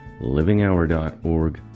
livinghour.org